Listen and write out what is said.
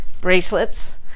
bracelets